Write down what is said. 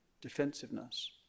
defensiveness